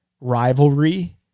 rivalry